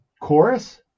chorus